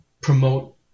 promote